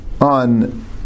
on